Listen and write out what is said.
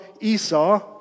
Esau